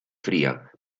fría